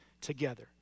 together